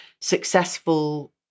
successful